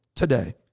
Today